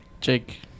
Jake